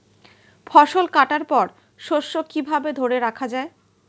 ফসল কাটার পর শস্য কিভাবে ধরে রাখা য়ায়?